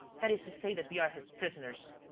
that is to say that we are his prisoners.